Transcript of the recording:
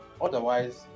Otherwise